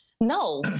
No